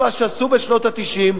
את מה שעשו בשנות ה-90,